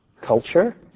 Culture